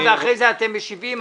ואחרי זה אתם משיבים.